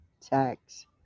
tax